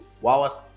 wallace